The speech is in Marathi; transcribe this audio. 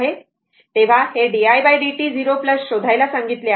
तर हे di dt 0 शोधायला सांगितले आहे